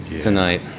tonight